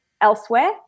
elsewhere